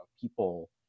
people